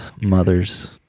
Mothers